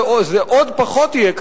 וזה יהיה קיים עוד פחות,